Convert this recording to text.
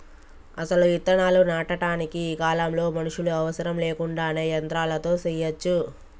అసలు ఇత్తనాలు నాటటానికి ఈ కాలంలో మనుషులు అవసరం లేకుండానే యంత్రాలతో సెయ్యచ్చు